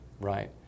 right